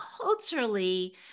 culturally